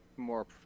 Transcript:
more